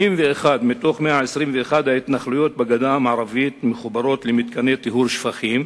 81 מתוך 121 ההתנחלויות בגדה המערבית מחוברות למתקני טיהור שפכים,